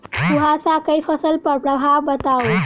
कुहासा केँ फसल पर प्रभाव बताउ?